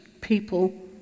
people